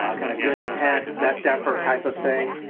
ah kind of good intent, best effort type of thing.